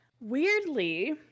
weirdly